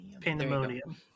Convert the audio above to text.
Pandemonium